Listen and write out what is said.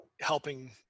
helping